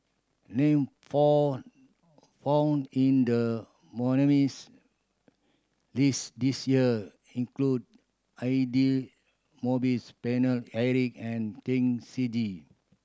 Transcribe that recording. name found found in the nominees' list this year include Aidli Mosbit Paine Eric and Chen Shiji